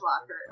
locker